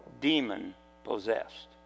demon-possessed